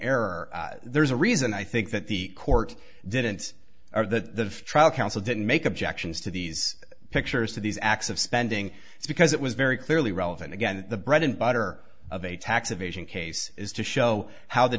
error there's a reason i think that the court didn't or the trial counsel didn't make objections to these pictures of these acts of spending because it was very clearly relevant again the bread and butter of a tax evasion case is to show how the